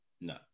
No